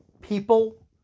People